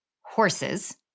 Horses